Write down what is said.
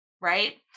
Right